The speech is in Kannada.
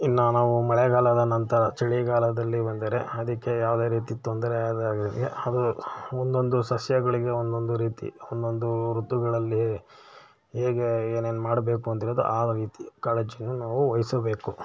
ಇನ್ನು ನಾವು ಮಳೆಗಾಲದ ನಂತರ ಚಳಿಗಾಲದಲ್ಲಿ ಬಂದರೆ ಅದಕ್ಕೆ ಯಾವುದೇ ರೀತಿ ತೊಂದರೆ ಆದ ಹಾಗೆ ಅದು ಒಂದೊಂದು ಸಸ್ಯಗಳಿಗೆ ಒಂದೊಂದು ರೀತಿ ಒಂದೊಂದು ಋತುಗಳಲ್ಲಿ ಹೇಗೆ ಏನೇನು ಮಾಡಬೇಕು ಅಂತ ಹೇಳಿದು ಆ ರೀತಿ ಕಾಳಜಿಯನ್ನು ನಾವು ವಹಿಸಬೇಕು